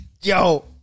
yo